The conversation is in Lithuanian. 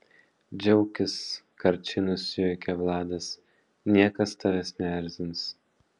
džiaukis karčiai nusijuokia vladas niekas tavęs neerzins